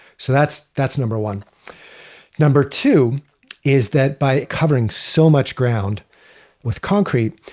so that's that's number one number two is that by covering so much ground with concrete,